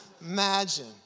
Imagine